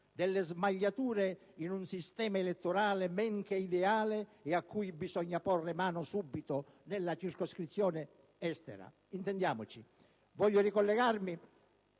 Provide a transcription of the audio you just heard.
delle smagliature in un sistema elettorale men che ideale, a cui bisogna porre mano subito nella circoscrizione Estero. Intendiamoci. Voglio ricollegarmi